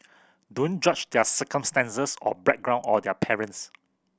don't judge their circumstances or background or their parents